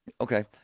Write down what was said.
okay